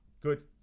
good